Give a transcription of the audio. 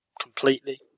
completely